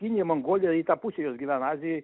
kinija mongolija į tą pusę jos azijoj